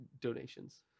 donations